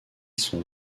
son